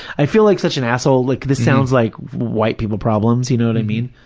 i feel like such an asshole. like, this sounds like white-people problems, you know what i mean,